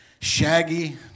Shaggy